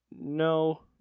No